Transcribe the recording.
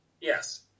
Yes